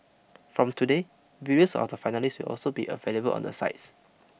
from today videos of the finalists will also be available on the sites